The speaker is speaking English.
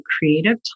creative